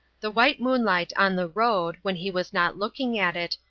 the white moonlight on the road, when he was not looking at it,